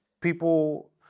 people